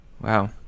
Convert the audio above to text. wow